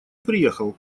приехал